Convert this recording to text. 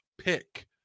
pick